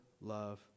love